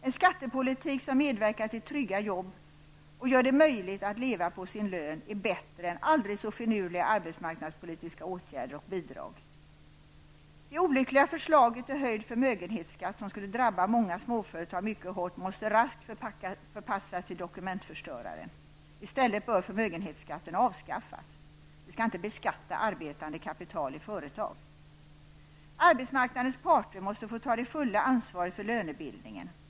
En skattepolitik som medverkar till trygga jobb och gör det möjligt att leva på sin lön är bättre än aldrig så finurliga arbetsmarknadspolitiska åtgärder och bidrag. Det olyckliga förslaget till höjd förmögenhetsskatt som, om det genomfördes, skulle drabba många småföretag mycket hårt, måste raskt förpassas till dokumentförstöraren. I stället bör förmögenhetsskatten avskaffas. Vi skall inte beskatta arbetande kapital i företag. Arbetsmarknadens parter måste få ta det fulla ansvaret för lönebildningen.